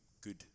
good